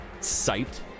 sight